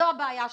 זו בעיה שלו.